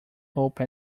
open